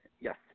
yes